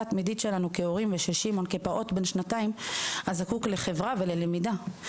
התמידית שלנו כהורים ושל ש' כפעוט בן שנתיים הזקוק לחברה וללמידה.